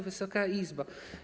Wysoka Izbo!